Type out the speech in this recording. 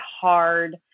hard